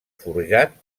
forjat